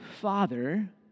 Father